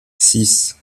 six